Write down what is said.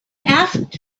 asked